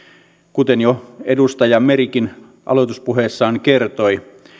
kuten jo edustaja merikin aloituspuheessaan kertoi